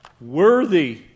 Worthy